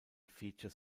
feature